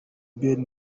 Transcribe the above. ben